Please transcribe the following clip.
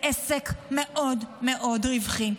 כי זה עסק מאוד מאוד רווחי.